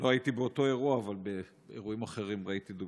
אני חייב להגיד שלא הייתי באותו אירוע,